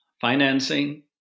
financing